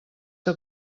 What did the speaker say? que